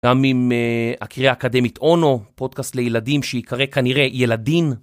גם עם הקרייה האקדמית אונו, פודקאסט לילדים שיקרא כנראה ילדין.